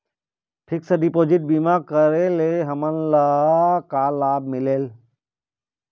Fix deposit बीमा करे ले हमनला का लाभ मिलेल?